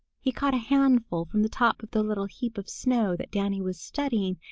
he caught a handful from the top of the little heap of snow that danny was studying,